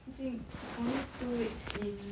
经 only two weeks in